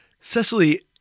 Cecily